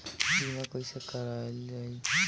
बीमा कैसे कराएल जाइ?